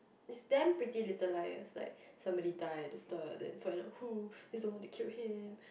is damn Pretty-Little-Liars like somebody die at the start then find out who then some more they kill him